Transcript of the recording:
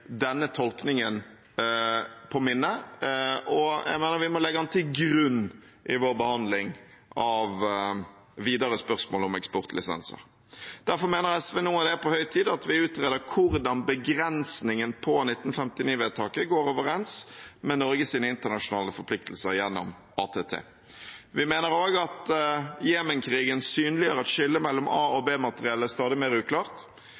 denne tolkningen på minne, og jeg mener vi må legge den til grunn i vår behandling av videre spørsmål om eksportlisenser. Derfor mener SV det nå er på høy tid at vi utreder hvordan begrensningen på 1959-vedtaket går overens med Norges internasjonale forpliktelser gjennom ATT. Vi mener også at Jemen-krigen synliggjør at skillet mellom A- og B-materiell er stadig mer uklart.